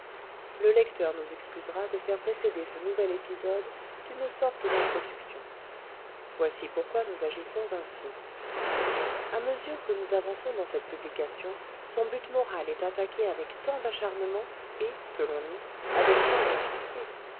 le lecteur nous excusera de faire précéder ce nouvel épisode d'une sorte d'introduction voici pourquoi nous agissons ainsi à mesure que nous avançons dans cette publication son but moral est attaqué avec tant d'acharnement et selon nous avec tant d'injustice